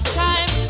time